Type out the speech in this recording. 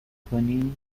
کنی